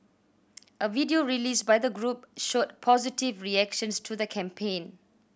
a video released by the group showed positive reactions to the campaign